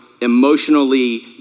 emotionally